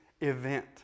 event